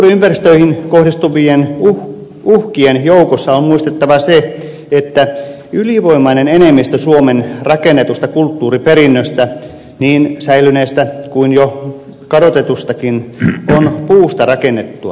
kulttuuriympäristöihin kohdistuvien uhkien joukossa on muistettava se että ylivoimainen enemmistö suomen rakennetusta kulttuuriperinnöstä niin säilyneestä kuin jo kadotetustakin on puusta rakennettua